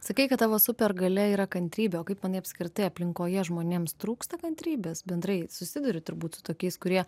sakei kad tavo supergalia yra kantrybė o kaip manai apskritai aplinkoje žmonėms trūksta kantrybės bendrai susiduri turbūt su tokiais kurie